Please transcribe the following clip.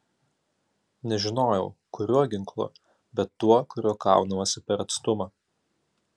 nežinojau kuriuo ginklu bet tuo kuriuo kaunamasi per atstumą